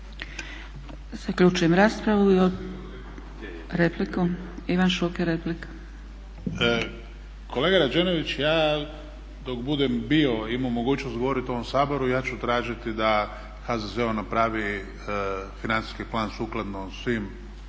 Repliku? Ivan Šuker replika. **Šuker, Ivan (HDZ)** Kolega Rađenović ja dok budem bio, imao mogućnosti govoriti u ovom Saboru ja ću tražiti da HZZO napravi financijski plan sukladno svim